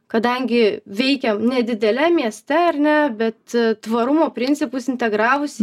kadangi veikia nedideliam mieste ar ne bet tvarumo principus integravusi